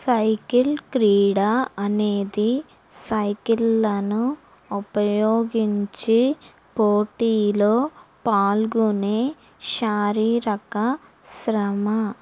cycle క్రీడ అనేది సైకిళ్లను ఉపయోగించి పోటీలో పాల్గొనే శారీరక శ్రమ